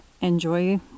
Enjoy